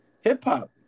hip-hop